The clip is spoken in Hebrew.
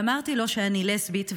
ואמרתי לו שאני לסבית.